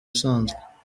usanzwe